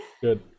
Good